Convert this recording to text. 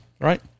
right